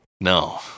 No